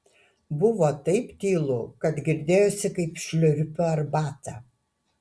buvo taip tylu kad girdėjosi kaip šliurpiu arbatą